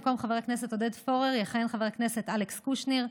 במקום חבר הכנסת עודד פורר יכהן חבר הכנסת אלכס קושניר.